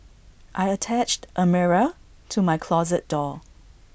I attached A mirror to my closet door